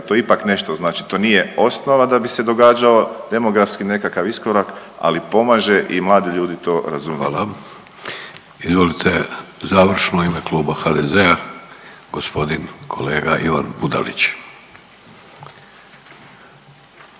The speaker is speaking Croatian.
da to ipak nešto znači. To nije osnova da bi se događao demografski nekakav iskorak, ali pomaže i mladi ljudi to razumiju. **Vidović, Davorko (Socijaldemokrati)** Hvala. Izvolite završno u ime kluba HDZ-a gospodin kolega Ivan Budalić.